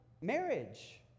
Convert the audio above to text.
marriage